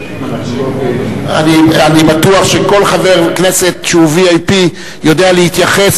אני בטוח שכל חבר כנסת שהוא VIP יודע להתייחס